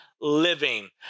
living